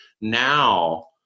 Now